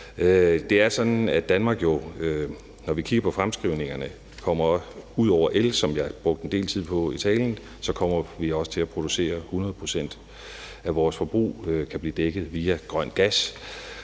Det er sådan, at Danmark jo, når vi kigger på fremskrivningerne – ud over el, som jeg brugte en del tid på i talen – også kommer til at producere, så 100 pct. af vores forbrug kan blive dækket via grøn gas.